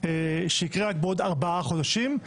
שיקרה רק בעוד ארבעה חודשים,